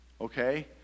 okay